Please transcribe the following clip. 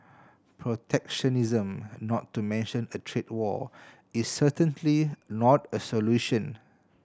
protectionism not to mention a trade war is certainly not a solution